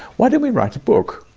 why don't we write a book?